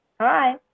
Hi